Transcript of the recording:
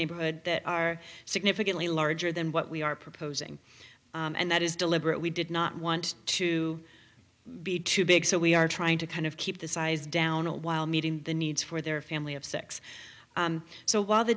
neighborhood that are significantly larger than what we are proposing and that is deliberate we did not want to be too big so we are trying to kind of keep the size down while meeting the needs for their family of six so while the